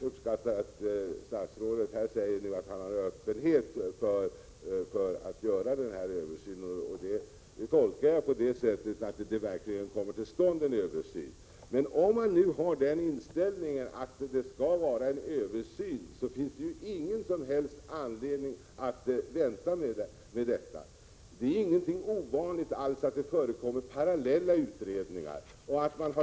Enligt uppgifter i pressen har antalet fall ökat där polisen måste efterlysa personer vilka ej erhållit politisk asyl i Sverige. I en artikel i Svenska Dagbladet den 19 oktober säger Leslie Holmblad, ombudsman för folkpartiet i Lund, att han själv gömmer fyra personer och att han känner till omkring 200 fall där flyktingar håller sig gömda.